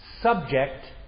subject